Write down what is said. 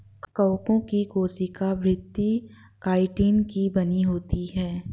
कवकों की कोशिका भित्ति काइटिन की बनी होती है